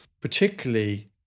particularly